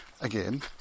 again